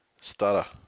Stutter